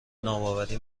ناباوری